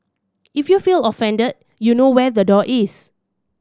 if you feel offended you know where the door is